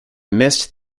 missed